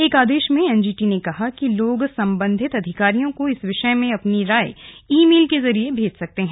एक आदेश में एनजीटी ने कहा है कि लोग संबंधित अधिकारियों को इस विषय में अपनी राय ई मेल के जरिए भेज सकते हैं